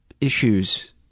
issues